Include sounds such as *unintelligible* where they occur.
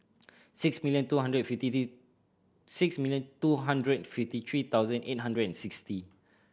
six million two hundred *unintelligible* six million two hundred fifty three thousand eight hundred and sixty